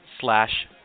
slash